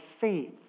faith